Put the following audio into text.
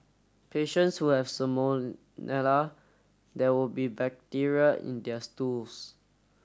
patients who have salmonella there will be bacteria in their stools